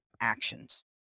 actions